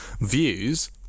views